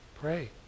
Pray